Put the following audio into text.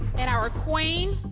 and our queen.